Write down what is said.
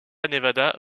nevada